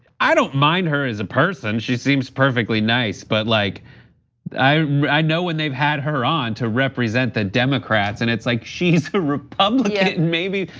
i don't mind her as a person, she seems perfectly nice. but like i i know when they've had her on to represent the democrats and it's, like she's a republican maybe.